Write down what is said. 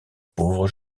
pauvre